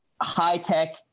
high-tech